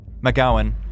McGowan